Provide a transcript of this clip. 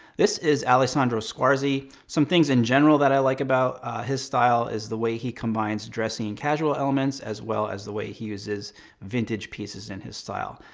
this is alessandro squarzi. some things in general that i like about his style is the way he combines dressy and casual elements, as well as the way he uses vintage pieces in his style.